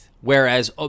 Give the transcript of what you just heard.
whereas